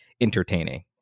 entertaining